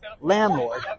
landlord